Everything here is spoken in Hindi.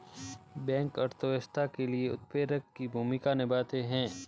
बैंक अर्थव्यवस्था के लिए उत्प्रेरक की भूमिका निभाते है